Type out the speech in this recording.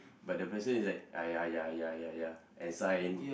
but the president is like ah ya ya ya ya ya ya ya and sign